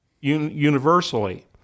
universally